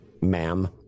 Ma'am